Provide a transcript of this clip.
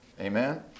Amen